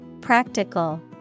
Practical